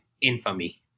infamy